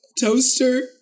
toaster